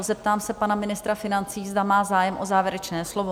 Zeptám se pana ministra financí, zda má zájem o závěrečné slovo?